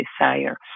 desire